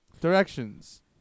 Directions